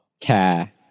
care